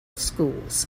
schools